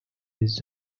his